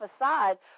aside